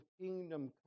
kingdom